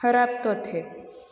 ख़राबु थो थिए